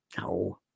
No